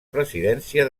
presidència